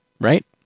Right